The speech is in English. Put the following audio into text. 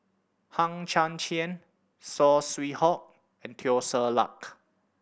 Hang Chang Chieh Saw Swee Hock and Teo Ser Luck